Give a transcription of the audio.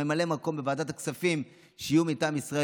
ממלאי מקום בוועדת הכספים שיהיו מטעם ישראל